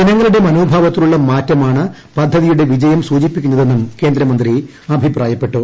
ജനങ്ങളുടെ മനോഭാവത്തിലുള്ള മാറ്റമാണ് പദ്ധതിയുടെ വിജയം സൂചിപ്പിക്കുന്നതെന്നും കേന്ദ്രമന്ത്രി അഭിപ്രായപ്പെട്ടു